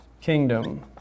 kingdom